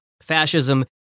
fascism